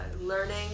learning